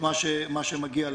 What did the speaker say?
מה שמגיע להם.